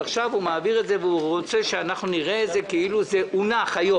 עכשיו יועברו שוב ושהוא רוצה שאנחנו נראה את זה כאילו זה הונח היום,